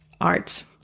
art